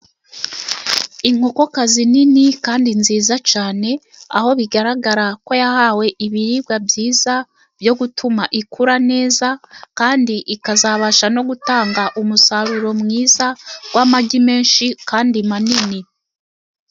Inkokokazi nini kandi nziza cyane, aho bigaragara ko yahawe ibiribwa byiza byo gutuma ikura neza, kandi ikazabasha no gutanga umusaruro mwiza w'amagi menshi kandi manini.